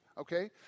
Okay